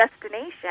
destination